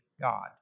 God